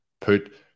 put